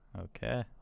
Okay